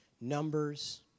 numbers